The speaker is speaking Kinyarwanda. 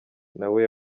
nawe